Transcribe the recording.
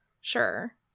Sure